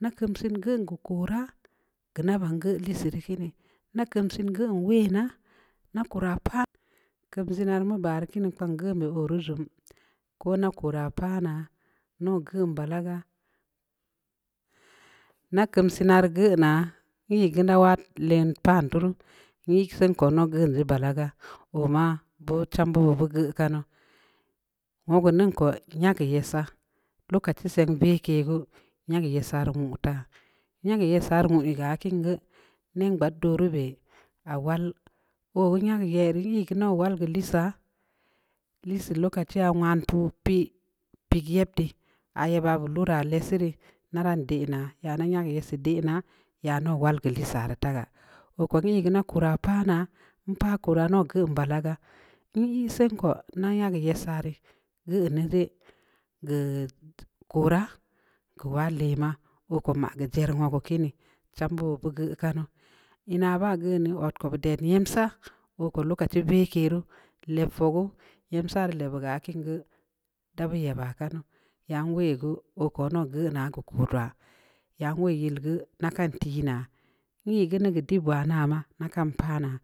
Nda keunseun geun geu koraa, geu nda baan ngeu liisi rii kiini, nda keumsin geun wenaa, nda koraa, paanaa, keumsinaa mu baa rii kii nii, kpang geuh oo rii teu zuum. koo ndaa koraa paah naa, neuw geun balagaa, nda keusiinaa rii geunaa, ii geu nda wad lem paan tuu ruu, nyi sen ko ndauw geun je balaga, oo maabeu chambeu beud beu geuw kanu, wogu ning ko nyageu uessaa. lokachi sen veke geu, nyageu yessa rii nwuu taa, nyeugeu yessa rii nwuu geu aah kiin geu, nen gbad doo ruu beh, aah wl oo gu, nyageu yeh n-ii ya gu, ndai wll geu lisii lokachi aah wn puu pii pig yeb dii, aah yeba beu lugaa leseu rii, nda ran de naa, ya nda nyageu yessi denaa, yan dauw wall geu lissa rri tagaa, oo ko nyii geunda koraa pah naa, npaah koraa pah naa, npaah koraa ndauw geun balagaa, n'ii sen ko, nda nyageu yessa rii, geun deu jeh, geu koraa, keu wad lemaa, oo ko maa geu jarreu wogu kiini, cham beu beud beu geuh kanu, inaa baa geun dii, oo ko beu ded yepsaa, oo ko rii veke ruu, leb fogu, yepsaa rii leb ya geu aah kiin gu, bu yebaa kanu, woi geu, oo ko nduw geun geu kod waa, yan woi yil geu, nda kan tii naa, nyi geu ndeu keu dib waa na maa, nda kan paa naa,